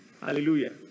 Hallelujah